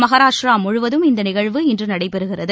மகாராஷ்டிரா முழுவதும் இந்த நிகழ்வு இன்று நடைபெறுகிறது